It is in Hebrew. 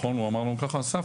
נכון הוא אמר לנו כך, אסף?